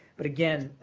but again,